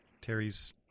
Terry's